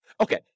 Okay